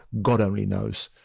god only knows,